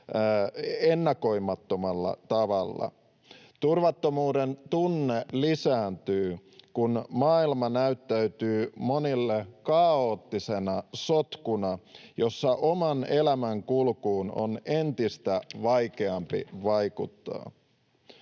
ennakoimattomalla tavalla. Turvattomuuden tunne lisääntyy, kun maailma näyttäytyy monille kaoottisena sotkuna, jossa oman elämän kulkuun on entistä vaikeampi vaikuttaa.